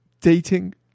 dating